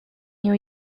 new